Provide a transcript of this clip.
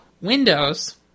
Windows